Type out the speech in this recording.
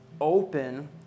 open